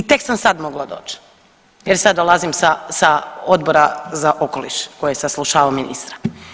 I tek sam sad mogla doći, jer sad dolazim sa Odbora za okoliš koji je saslušavao ministra.